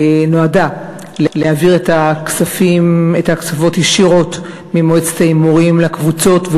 שנועדה להעביר את ההקצבות ישירות ממועצת ההימורים לקבוצות,